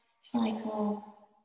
cycle